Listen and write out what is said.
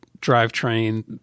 drivetrain